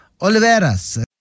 Oliveras